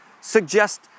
suggest